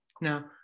now